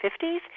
50s